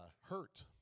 hurt